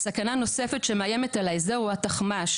סכנה נוספת שמאיימת על האזור הוא התחמ"ש,